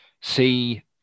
see